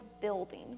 building